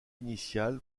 initial